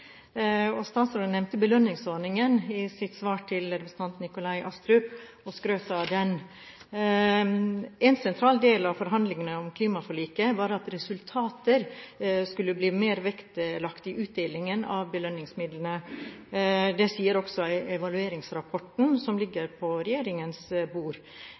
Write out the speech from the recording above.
Statsråden nevnte belønningsordningen i sitt svar til representanten Nikolai Astrup og skrøt av den. Én sentral del av forhandlingene om klimaforliket var at resultater skulle bli mer vektlagt i utdelingen av belønningsmidlene. Det sier også evalueringsrapporten som ligger på regjeringens bord.